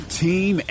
team